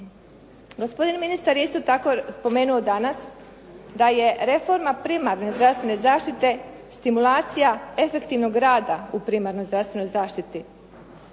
Gospodin ministar je isto tako spomenuo danas da je reforma primarne zdravstvene zaštite stimulacija efektivnog rada u primarnoj zdravstvenoj zaštiti.